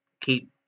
keep